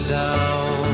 down